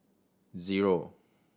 zero